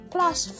Plus